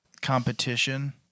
competition